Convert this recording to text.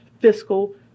fiscal